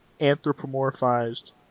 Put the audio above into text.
anthropomorphized